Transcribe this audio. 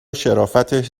شرافتش